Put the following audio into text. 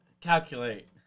Calculate